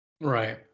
Right